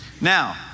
Now